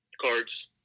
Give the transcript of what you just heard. Cards